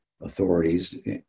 authorities